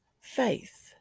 faith